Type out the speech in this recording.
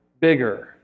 Bigger